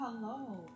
Hello